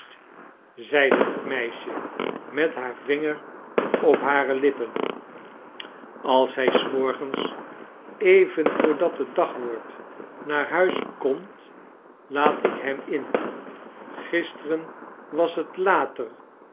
zeide het meisje met haar vinger op hare lippen als hij des morgens even voor dat het dag wordt naar huis komt laat ik hem in gisteren was het later